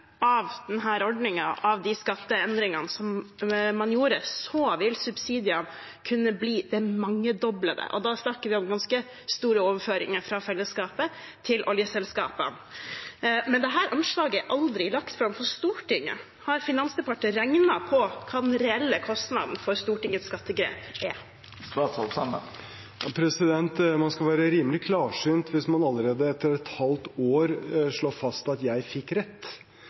de skatteendringene man gjorde, vil subsidiene kunne bli det mangedobbelte. Og da snakker vi om ganske store overføringer fra fellesskapet til oljeselskapene. Men dette overslaget er aldri lagt fram for Stortinget. Har Finansdepartementet regnet på hva den reelle kostnaden for Stortingets skattegrep er? Man skal være rimelig klarsynt hvis man allerede etter et halvt år slår fast: Jeg fikk rett.